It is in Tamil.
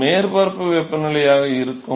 அது மேற்பரப்பு வெப்பநிலையாக இருக்கும்